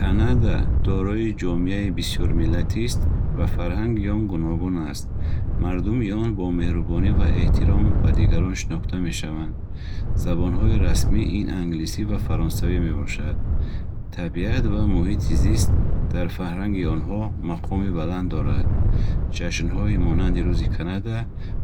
Канада дорои ҷомеаи бисёрмиллатист ва фарҳанги он гуногун аст. Мардуми он бо меҳрубонӣ ва эҳтиром ба дигарон шинохта мешаванд. Забонҳои расмӣ ин англисӣ ва фаронсавӣ мебошад. Табиат ва муҳити зист дар фарҳанги онҳо мақоми баланд дорад. Ҷашнҳои монанди Рӯзи Канада